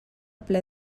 ple